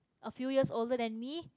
a few years older than me